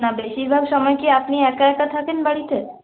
না বেশির ভাগ সময় কি আপনি একা একা থাকেন বাড়িতে